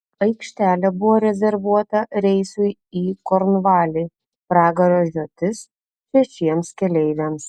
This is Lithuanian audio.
aikštelė buvo rezervuota reisui į kornvalį pragaro žiotis šešiems keleiviams